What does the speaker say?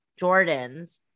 Jordans